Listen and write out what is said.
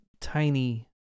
tiny